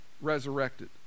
resurrected